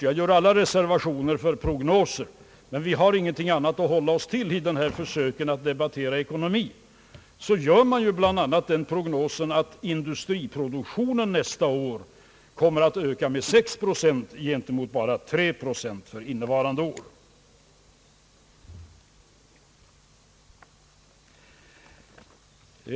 jag gör alla reservationer för prognoser, men vi har ingenting annat att hålla oss till i de här försöken att debattera ekonomin — finner man att industriproduktionen i Sverige kommer att öka med 6 procent mot bara 3 procent för innevarande år.